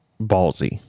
ballsy